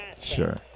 Sure